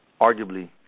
arguably